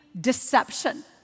deception